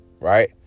right